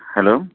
hello